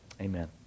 amen